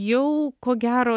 jau kogero